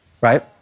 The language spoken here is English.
right